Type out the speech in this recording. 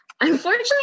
Unfortunately